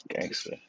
Gangster